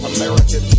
American